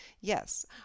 Yes